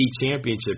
Championship